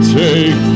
take